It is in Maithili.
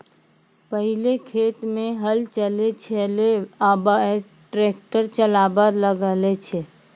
पहिलै खेत मे हल चलै छलै आबा ट्रैक्टर चालाबा लागलै छै